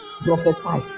prophesy